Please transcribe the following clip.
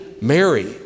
Mary